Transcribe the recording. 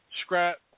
Scrap